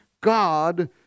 God